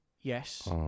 Yes